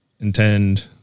intend